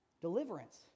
deliverance